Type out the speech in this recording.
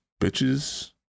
bitches